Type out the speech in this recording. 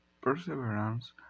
Perseverance